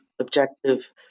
objective